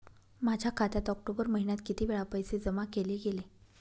माझ्या खात्यात ऑक्टोबर महिन्यात किती वेळा पैसे जमा केले गेले?